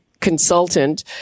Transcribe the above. Consultant